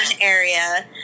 area